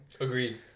Agreed